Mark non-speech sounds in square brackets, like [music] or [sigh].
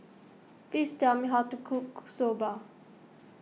please tell me how to cook Soba [noise]